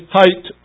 height